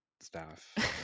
staff